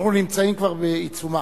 אנחנו נמצאים כבר בעיצומה.